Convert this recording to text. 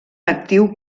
actiu